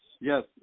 yes